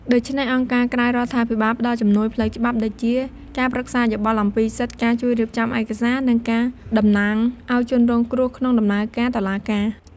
ដូច្នេះ អង្គការក្រៅរដ្ឋាភិបាលផ្ដល់ជំនួយផ្លូវច្បាប់ដូចជា ការប្រឹក្សាយោបល់អំពីសិទ្ធិ ការជួយរៀបចំឯកសារ និងការតំណាងឲ្យជនរងគ្រោះក្នុងដំណើរការតុលាការ។